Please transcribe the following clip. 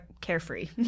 carefree